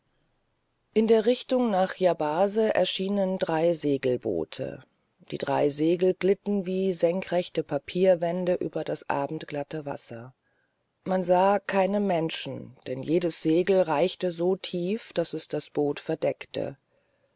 in der richtung nach yabase erschienen drei segelboote die drei segel glitten wie senkrechte papierwände über das abendglatte wasser man sah keine menschen denn jedes segel reichte so tief daß es das boot verdeckte